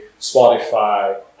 Spotify